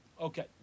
Okay